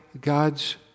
God's